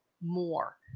more